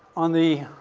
on the,